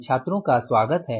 छात्रों का स्वागत है